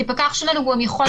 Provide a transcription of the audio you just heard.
כי פקח שלנו יכול,